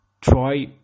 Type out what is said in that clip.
try